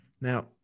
now